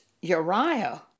Uriah